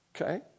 Okay